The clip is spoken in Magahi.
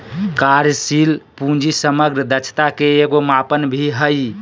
कार्यशील पूंजी समग्र दक्षता के एगो मापन भी हइ